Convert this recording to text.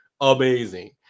amazing